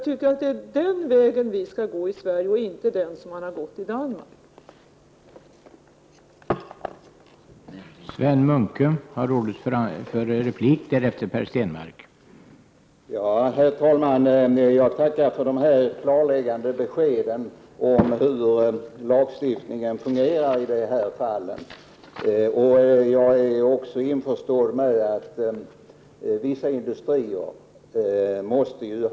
Det är den vägen vi bör gå i Sverige och inte den väg som Danmark har valt att gå.